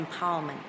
empowerment